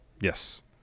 Yes